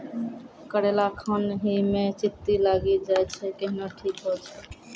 करेला खान ही मे चित्ती लागी जाए छै केहनो ठीक हो छ?